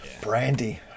Brandy